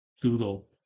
google